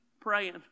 praying